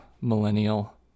millennial